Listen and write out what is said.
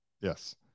Yes